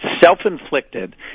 self-inflicted